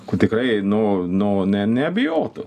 kur tikrai nu nu ne neabejotų